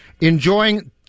enjoying